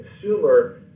consumer